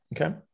Okay